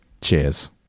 Cheers